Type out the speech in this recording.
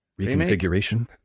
Reconfiguration